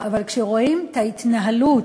אבל כשרואים את ההתנהלות